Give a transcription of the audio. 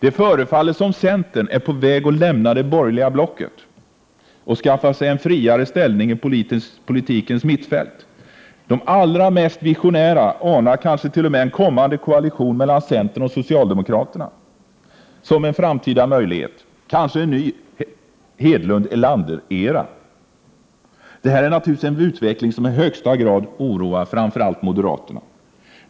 Det förefaller som om centern är på väg att lämna det borgerliga blocket och skaffa sig en friare ställning i politikens mittfält. De allra mest visionära anar kanske t.o.m. en kommande koalition mellan centern och socialdemokraterna som en framtida möjlighet och kanske en ny Hedlund-Erlanderera. Det här är naturligtvis en utveckling som i högsta grad oroar framför allt moderaterna.